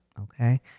okay